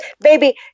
baby